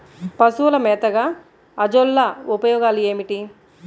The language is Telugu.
పశువుల మేతగా అజొల్ల ఉపయోగాలు ఏమిటి?